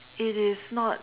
it is not